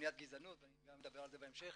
למניעת גזענות ואדבר על זה גם בהמשך,